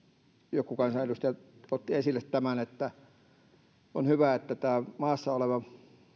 joku kansanedustaja otti aikaisemmin esille on hyvä että nämä maassa olevat